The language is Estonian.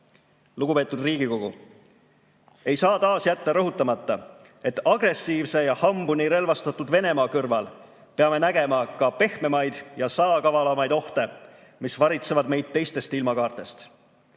kohal. Lugupeetud Riigikogu! Ei saa jätta taas rõhutamata, et agressiivse ja hambuni relvastatud Venemaa kõrval peame nägema ka pehmemaid ja salakavalamaid ohte, mis varitsevad meid teistest ilmakaartest.